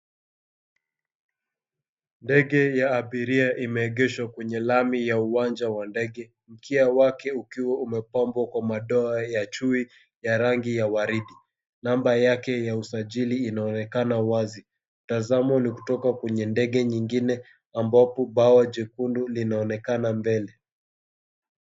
Ndege ya abiria imeegeshwa kwenye lami ya uwanja wa ndege. Mkia wake ukiwa umepambwa kwa madoa ya chui, ya rangi ya waridi. Namba yake ya usajili inaonekana wazi. Tazamo ni kutoka kwenye ndege nyingine, ambapo bawa jekundu linaonekana mbele.